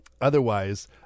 Otherwise